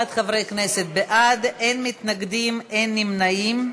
31 חברי כנסת בעד, אין מתנגדים, אין נמנעים.